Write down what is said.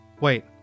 Wait